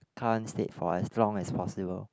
current state for us as long as possible